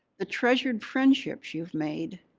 the treasured friendships you've made,